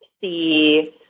see